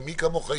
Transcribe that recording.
ומי כמוך,